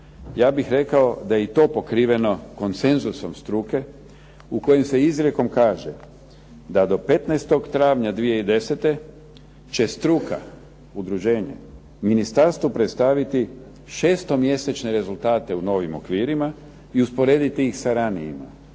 ja bih rekao da je i to pokriveno konsenzusom struke u kojem se izrijekom kaže da do 15. travnja 2010. će struka, udruženje Ministarstvu pokazati šestomjesečne rezultate u novim okvirima i usporediti ih sa ranijima